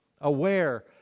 aware